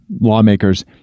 lawmakers